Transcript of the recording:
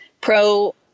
pro